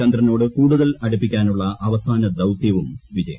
ചന്ദ്രനോട് കൂടുതൽ അടുപ്പിക്കാനുള്ള അവസാന ദൌത്യവും വിജയം